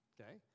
Okay